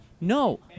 No